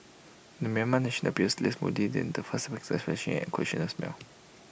the Myanmar national appeared less moody than the first suspect flashing an occasional smile